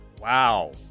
Wow